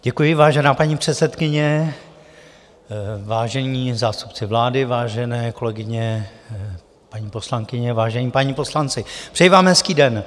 Děkuji, vážená paní předsedkyně, vážení zástupci vlády, vážené kolegyně, paní poslankyně, vážení páni poslanci, přeji vám hezký den.